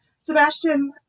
Sebastian